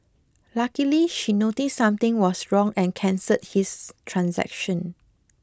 luckily she noticed something was wrong and cancelled his transaction